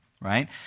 right